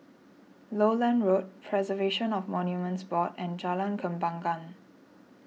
Lowland Road Preservation of Monuments Board and Jalan Kembangan